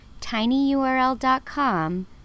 tinyurl.com